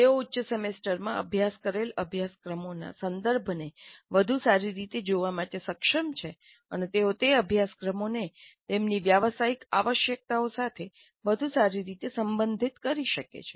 તેઓ ઉચ્ચ સેમેસ્ટરમાં અભ્યાસ કરેલા અભ્યાસક્રમોના સંદર્ભને વધુ સારી રીતે જોવા માટે સક્ષમ છે અને તેઓ તે અભ્યાસક્રમોને તેમની વ્યાવસાયિક આવશ્યકતાઓ સાથે વધુ સારી રીતે સંબંધિત કરી શકે છે